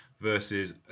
versus